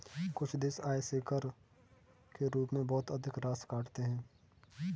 कुछ देश आय से कर के रूप में बहुत अधिक राशि काटते हैं